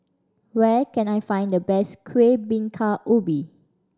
where can I find the best Kueh Bingka Ubi